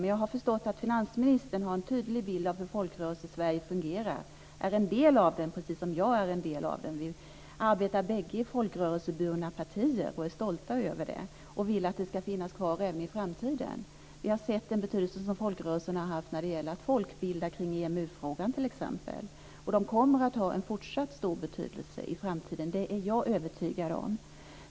Men jag har förstått att finansministern har en tydlig bild av hur Folkrörelsesverige fungerar och är en del av det precis som jag är en del av det. Vi arbetar bägge i folkrörelseburna partier och är stolta över det, och vi vill att folkrörelserna ska finnas kvar även i framtiden. Vi har sett den betydelse som folkrörelserna har haft när det gäller att folkbilda kring EMU frågan, t.ex. De kommer att ha en fortsatt stor betydelse i framtiden. Det är jag övertygad om.